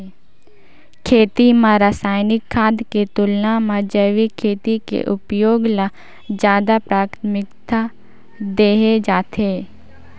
खेती म रसायनिक खाद के तुलना म जैविक खेती के उपयोग ल ज्यादा प्राथमिकता देहे जाथे